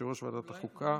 יושב-ראש ועדת החוקה,